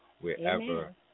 wherever